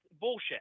Bullshit